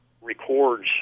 records